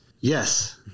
Yes